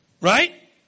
right